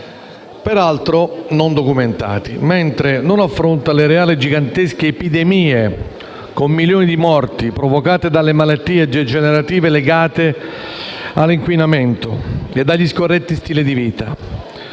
peraltro non documentati, mentre non affronta le reali gigantesche epidemie, con milioni di morti, provocate dalle malattie degenerative legate all'inquinamento e (dicono i Ministri) dagli scorretti stili di vita,